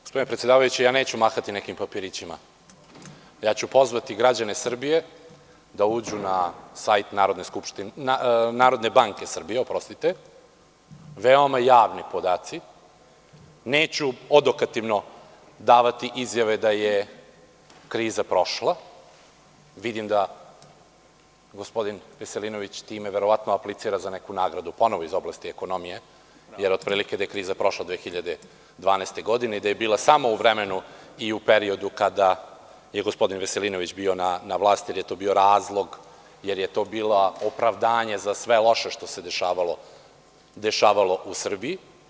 Gospodine predsedavajući, ja neću mahati nekim papirićima, jer ću pozvati građane Srbije da uđu na sajt Narodne banke Srbije, veoma javni podaci, neću odokativno davati izjave da je kriza prošla, vidim da gospodin Veselinović time verovatno aplicira za neku nagradu ponovo iz oblasti ekonomije, jer je rekao da je kriza prošla 2012. godine i da je bila samo u vremenu i u periodu kada je gospodin Veselinović bio na vlasti, jer je to bio razlog, jer je to bilo opravdanje za sve loše što se dešavalo u Srbiji.